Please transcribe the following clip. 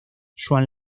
joan